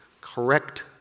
correct